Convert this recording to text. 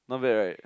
not bad right